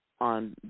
on